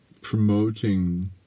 promoting